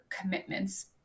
commitments